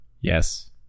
Yes